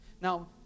Now